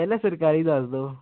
ਪਹਿਲਾ ਸਰਕਾਰੀ ਦੱਸ ਦੋ